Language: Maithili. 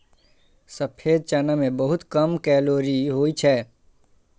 सफेद चना मे बहुत कम कैलोरी होइ छै